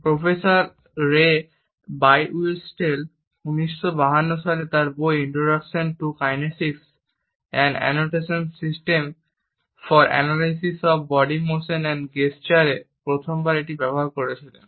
professor Ray Birdwhistell 1952 সালে তার বই Introduction to Kinesics An Annotation System for Analysis of Body Motion and Gesture এ প্রথমবার এটি ব্যবহার করেছিলেন